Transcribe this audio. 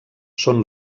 són